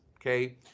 okay